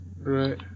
Right